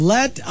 Let